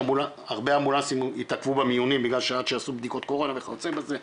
הרבה אמבולנסים התעכבו במיונים בגלל עד שעשו בדיקות קורונה וכיוצא בזה,